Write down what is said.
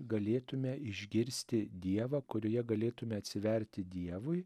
galėtume išgirsti dievą kurioje galėtume atsiverti dievui